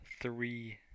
three